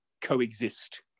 coexist